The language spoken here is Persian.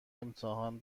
امتحان